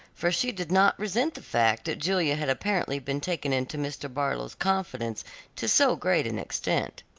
for she did not resent the fact that julia had apparently been taken into mr. barlow's confidence to so great an extent.